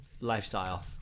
lifestyle